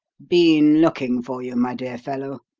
been looking for you, my dear fellow.